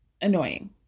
annoying